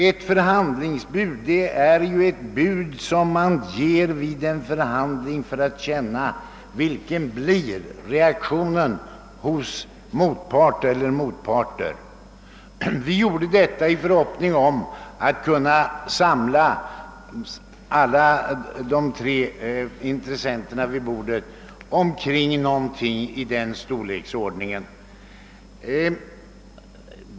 Ett förhandlingsbud är ett bud som ges vid en förhandling för att se efter vilken reaktionen blir hos motpart eller motparter. Vi gjorde detta i förhoppning om att kunna samla alla de tre intressenterna vid bordet kring någonting i den storleksordningen.